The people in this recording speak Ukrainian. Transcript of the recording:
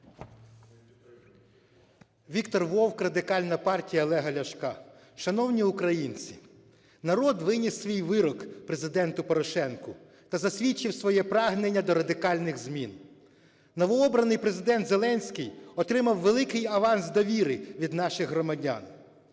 Віктор Вовк, Радикальна партія Олега Ляшка. Шановні українці, народ виніс свій вирок Президенту Порошенку та засвідчив своє прагнення до радикальних змін. Новообраний Президент Зеленський отримав великий аванс довіри від наших громадян.